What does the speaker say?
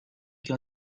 que